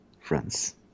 friends